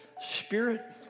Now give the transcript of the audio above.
Spirit